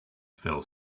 fell